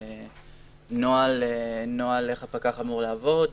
הנוהל איך הפקח אמור לעבוד,